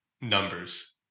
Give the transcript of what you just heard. numbers